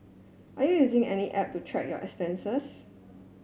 are you using any app to track your expenses